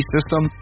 System